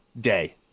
day